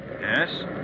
Yes